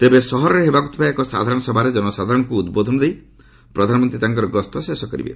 ତେବେ ସହରରେ ହେବାକୁ ଥିବା ଏକ ସାଧାରଣ ସଭାରେ ଜନସାଧାରଣଙ୍କୁ ଉଦ୍ବୋଧନ ଦେଇ ପ୍ରଧାନମନ୍ତ୍ରୀ ତାଙ୍କର ଗସ୍ତ ଶେଷ କରିବେ